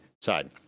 side